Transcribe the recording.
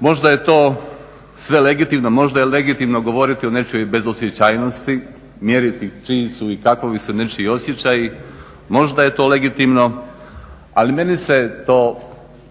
Možda je to sve legitimno. Možda je legitimno govoriti o nečijoj bezosjećajnosti, mjeriti čiji su i kakovi su nečiji osjećaji. Možda je to legitimno, ali meni se to